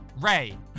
Ray